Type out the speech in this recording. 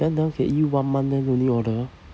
then that one can eat one month then don't need order